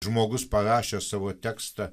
žmogus parašęs savo tekstą